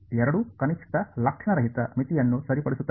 ಆದ್ದರಿಂದ ಮತ್ತು ಎರಡೂ ಕನಿಷ್ಠ ಲಕ್ಷಣರಹಿತ ಮಿತಿಯನ್ನು ಸರಿಪಡಿಸುತ್ತವೆ